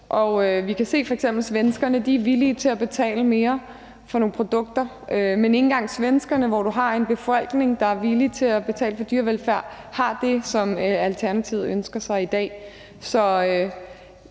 Vi kan se, at f.eks. svenskerne er villige til at betale mere for nogle produkter, men ikke engang Sverige, hvor du har en befolkning, der er villige til at betale for dyrevelfærd, har det, som Alternativet ønsker sig i dag.